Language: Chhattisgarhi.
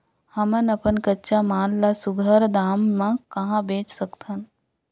हमन अपन कच्चा माल ल सुघ्घर दाम म कहा बेच सकथन?